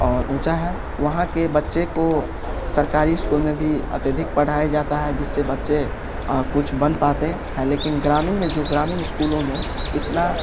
और ऊँचा है वहाँ के बच्चे को सरकारी स्कूल में भी अत्यधिक पढ़ाया जाता है जिससे बच्चे कुछ बन पाते हैं लेकिन ग्रामीण में जो ग्रामीण स्कूलों में इतना